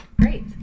Great